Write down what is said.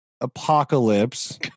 apocalypse